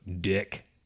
Dick